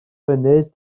funud